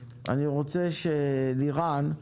לירן,